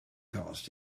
costs